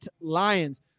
Lions